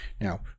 now